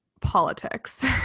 politics